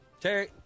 Terry